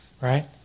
right